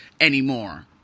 anymore